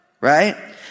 right